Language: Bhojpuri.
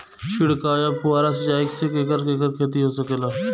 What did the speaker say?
छिड़काव या फुहारा सिंचाई से केकर केकर खेती हो सकेला?